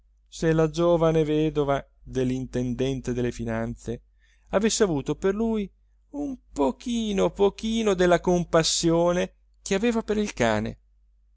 se la giovane vedova dell'intendente delle finanze avesse avuto per lui un pochino pochino della compassione che aveva per il cane